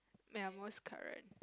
ya most current